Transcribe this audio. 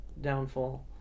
downfall